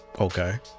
Okay